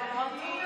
ואמרתי,